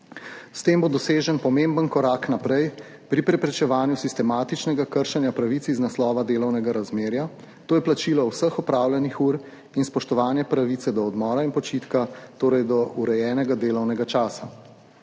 S tem bo dosežen pomemben korak naprej pri preprečevanju sistematičnega kršenja pravic iz naslova delovnega razmerja, to je plačilo vseh opravljenih ur in spoštovanje pravice do odmora in počitka, torej do urejenega delovnega časa.